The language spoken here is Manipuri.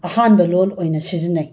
ꯑꯍꯥꯟꯕ ꯂꯣꯟ ꯑꯣꯏꯅ ꯁꯤꯖꯤꯟꯅꯩ